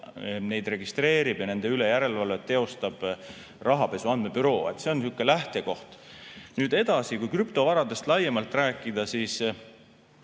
registreerib ja nende üle järelevalvet teostab Rahapesu Andmebüroo. See on lähtekoht. Nüüd edasi, kui krüptovaradest laiemalt rääkida, siis